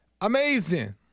amazing